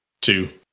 two